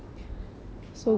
oh